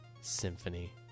Symphony